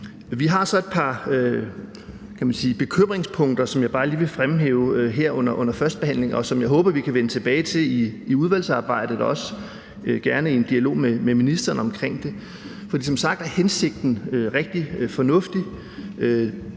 Vi har så et par bekymringspunkter, kan man sige, som jeg bare lige vil fremhæve her under førstebehandlingen, og som jeg håber vi kan vende tilbage til i udvalgsarbejdet også og også gerne i en dialog med ministeren om det. For som sagt er hensigten rigtig fornuftig,